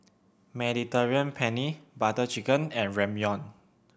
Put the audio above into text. Mediterranean Penne Butter Chicken and Ramyeon